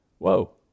Whoa